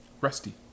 rusty